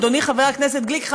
אדוני חבר הכנסת גליק,